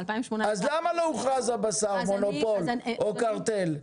אז למה לא הוכרז הבשר מונופול או קרטל?